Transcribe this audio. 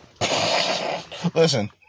Listen